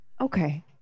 Okay